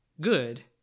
good